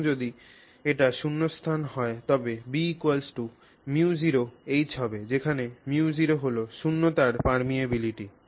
এবং যদি এটি শূন্যস্থান হয় তবে Bμ0H যেখানে μ0 হল শূন্যতার পারমিয়াবিলিটি